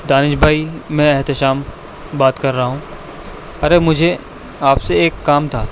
دانش بھائی میں احتشام بات کر رہا ہوں ارے مجھے آپ سے ایک کام تھا